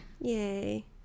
Yay